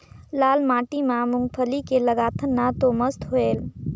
लाल माटी म मुंगफली के लगाथन न तो मस्त होयल?